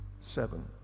seven